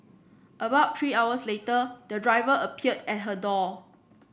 about three hours later the driver appeared at her door